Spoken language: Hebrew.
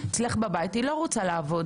היא לא רוצה לעבוד.